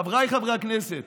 חבריי חברי הכנסת,